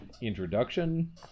introduction